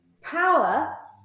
power